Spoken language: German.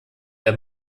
der